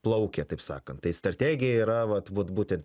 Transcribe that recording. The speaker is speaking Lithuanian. plaukia taip sakant tai strategija yra vat vat būtent